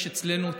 יש אצלנו,